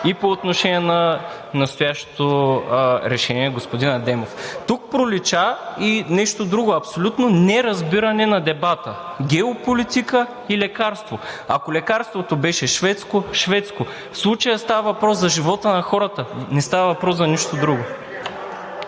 и по отношение на настоящето решение, господин Адемов. Тук пролича и нещо друго – абсолютно неразбиране на дебата – геополитика и лекарство. Ако лекарството беше шведско – шведско. В случая става въпрос за живота на хората, не става въпрос за нищо друго.